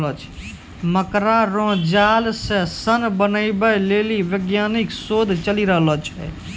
मकड़ा रो जाल से सन बनाबै लेली वैज्ञानिक शोध चली रहलो छै